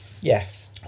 Yes